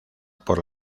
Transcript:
por